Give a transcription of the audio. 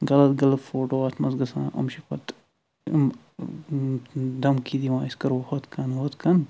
پتہٕ چھِ غلط غلط فوٹو اتھ منٛز گژھان یِم چھِ پتہٕ تِم دھمکی دِوان أسۍ کرو ہُتھ کٔن ہتھ کٔن